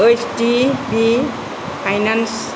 H D B finance